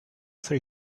three